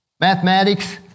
mathematics